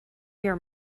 your